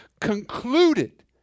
concluded